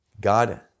God